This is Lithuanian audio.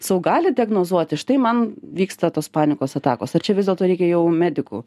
sau gali diagnozuoti štai man vyksta tos panikos atakos ar čia vis dėlto reikia jau medikų